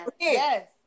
Yes